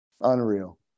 unreal